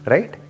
Right